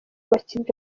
abakinnyi